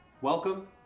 welcome